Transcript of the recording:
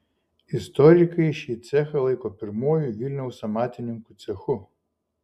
istorikai šį cechą laiko pirmuoju vilniaus amatininkų cechu